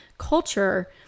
culture